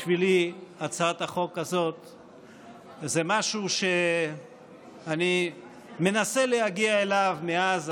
בשבילי הצעת החוק הזאת היא משהו שאני מנסה להגיע אליו מאז,